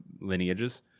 lineages